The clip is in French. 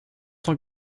cent